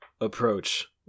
approach